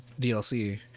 DLC